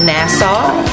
Nassau